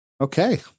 Okay